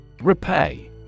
Repay